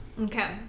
Okay